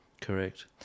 Correct